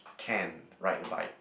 can ride a bike